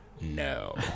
no